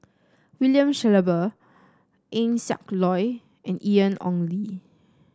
William Shellabear Eng Siak Loy and Ian Ong Li